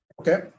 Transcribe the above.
Okay